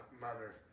mother